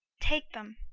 take them.